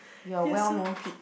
you are well-known pig